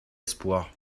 l’espoir